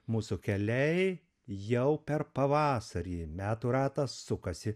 mūsų keliai jau per pavasarį metų ratas sukasi